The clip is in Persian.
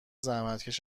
زحمتکش